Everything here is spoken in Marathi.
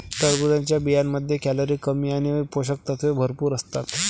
टरबूजच्या बियांमध्ये कॅलरी कमी आणि पोषक तत्वे भरपूर असतात